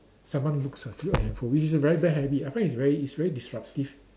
someone looks at at your phone which is a very bad habit I find it's very it's very disruptive